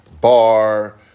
bar